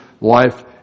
life